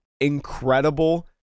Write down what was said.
incredible